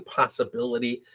possibility